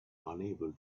unable